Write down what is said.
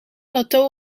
plateau